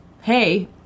Hey